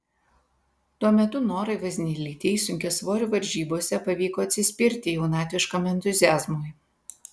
tuo metu norai vaznelytei sunkiasvorių varžybose pavyko atsispirti jaunatviškam entuziazmui